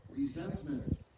Resentment